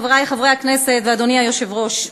חברי חברי הכנסת ואדוני היושב-ראש,